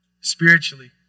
spiritually